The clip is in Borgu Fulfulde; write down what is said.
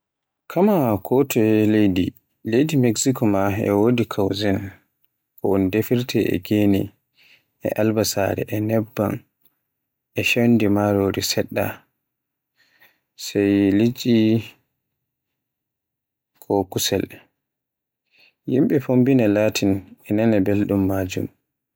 Kamaa ko toye leydi, leydi Mexico maa e wodi cuisine, ko un defirta e gene e albasare e nebban, e condi marori seɗɗa, sai liɗɗi ko kusel seɗɗa. Yimɓe Fombina Latin e nana belɗum maajun.